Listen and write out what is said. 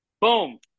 Boom